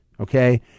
okay